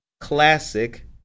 classic